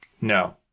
No